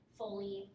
fully